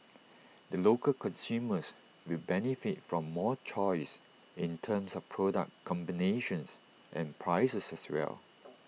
the local consumers will benefit from more choice in terms of product combinations and prices as well